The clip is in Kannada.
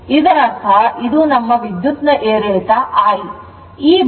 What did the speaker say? ಇದರರ್ಥ ಇದು ನಮ್ಮ ವಿದ್ಯುತ್ ನ ಏರಿಳಿತ I